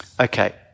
Okay